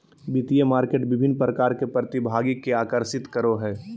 वित्तीय मार्केट विभिन्न प्रकार के प्रतिभागि के आकर्षित करो हइ